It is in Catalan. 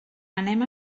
anem